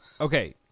Okay